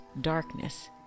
darkness